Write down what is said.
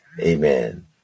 Amen